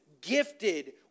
gifted